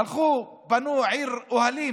הלכו ובנו עיר אוהלים